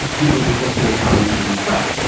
people just look at the economy and give him credit.